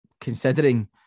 considering